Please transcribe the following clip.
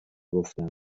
گفتم